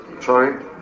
Sorry